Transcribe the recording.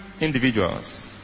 individuals